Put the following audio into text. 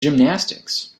gymnastics